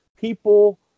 people